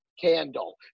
candle